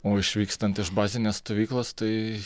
o išvykstant iš bazinės stovyklos tai